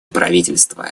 правительства